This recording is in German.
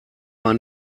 war